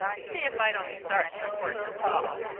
see if i don't start for port natal!